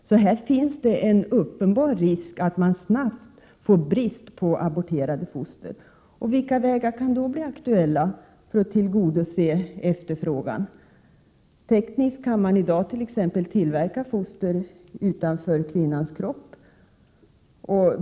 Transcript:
Så här finns det en uppenbar risk att det snabbt blir brist på aborterade foster. Vilka vägar kan då bli aktuella för att tillgodose efterfrågan? Tekniskt kan man i dag t.ex. tillverka foster utanför kvinnans kropp.